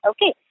Okay